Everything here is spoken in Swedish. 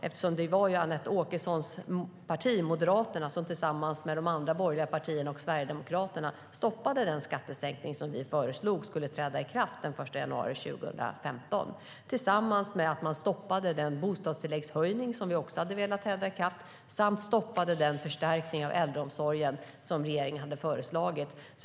Det var Anette Åkessons parti Moderaterna som tillsammans med de andra borgerliga partierna och Sverigedemokraterna stoppade den skattesänkning regeringen föreslog skulle träda i kraft den 1 januari 2015, stoppade den bostadstilläggshöjning som vi också ville skulle träda i kraft samt stoppade den förstärkning av äldreomsorgen som vi föreslog.